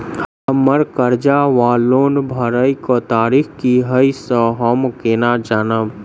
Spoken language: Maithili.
हम्मर कर्जा वा लोन भरय केँ तारीख की हय सँ हम केना जानब?